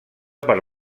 per